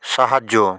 সাহায্য